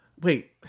Wait